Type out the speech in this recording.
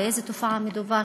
באיזו תופעה מדובר.